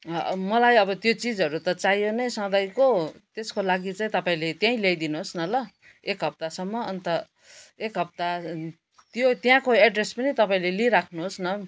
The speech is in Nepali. मलाई अब त्यो चिजहरू त चाहियो नै सधैँको त्यसको लागि चाहिँ तपाईँले त्यहीँ ल्याइदिनुहोस् न ल एक हप्तासम्म अन्त एक हप्ता त्यो त्यहाँको एड्रेस पनि तपाईँले लिइ राख्नुहोस् न